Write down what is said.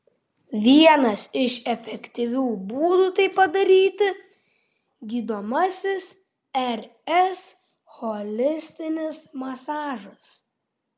vienas iš efektyvių būdų tai padaryti gydomasis rs holistinis masažas